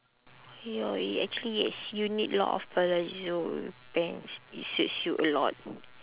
ya it actually yes you need a lot of palazzo pants it suits you a lot